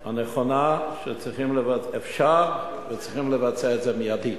הנכונה ואפשר וצריכים לבצע את זה מייד.